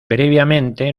previamente